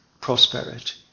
Prosperity